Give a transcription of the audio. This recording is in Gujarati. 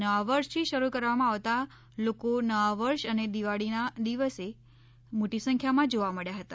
નવા વર્ષથી શરૂ કરવામાં આવતા લોકો નવા વર્ષ અને દિવાળીના દિવસે મોટી સંખ્યામાં જોવા મળ્યા હતા